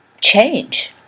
change